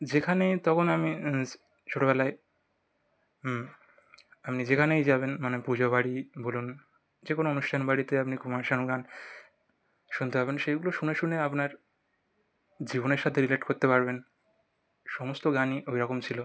যেখানে তখন আমি ছোটবেলায় আপনি যেখানেই যাবেন মানে পূজা বাড়ি বলুন যে কোনও অনুষ্ঠান বাড়িতে আপনি কুমার শানুর গান শুনতে পাবেন সেইগুলো শুনে শুনে আপনার জীবনের সাথে রিলেট করতে পারবেন সমস্ত গানই ওইরকম ছিল